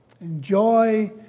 enjoy